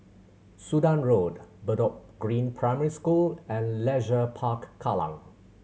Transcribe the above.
Sudan Road Bedok Green Primary School and Leisure Park Kallang